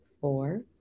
four